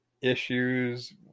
issues